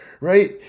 right